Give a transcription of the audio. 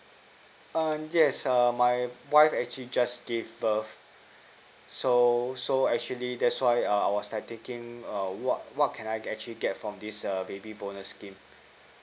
err yes err my wife actually just gave birth so so actually that's why err I was like thinking err what what can I can actually get from this err baby bonus scheme